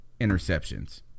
interceptions